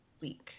week